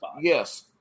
yes